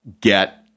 get